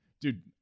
dude